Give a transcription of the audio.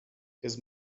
his